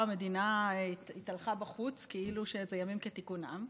המדינה התהלכה בחוץ כאילו אלה ימים כתיקונם,